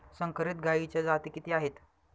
संकरित गायीच्या जाती किती आहेत?